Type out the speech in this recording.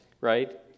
right